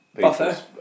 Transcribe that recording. Buffer